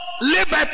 liberty